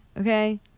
Okay